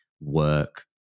work